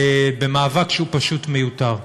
במאבק שהוא פשוט מיותר.